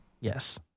yes